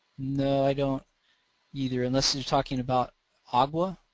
no i don't either unless they're talking about agwa.